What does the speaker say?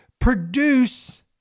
produce